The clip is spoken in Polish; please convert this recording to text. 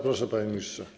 Proszę, panie ministrze.